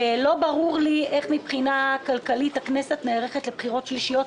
ולא ברור לי איך הכנסת נערכת לבחינות שלישיות מהבחינה הכלכלית,